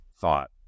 thought